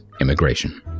immigration